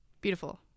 Beautiful